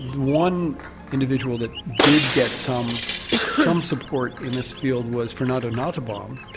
one individual that did get some some support in this field was fernando nottebohm,